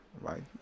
right